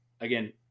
again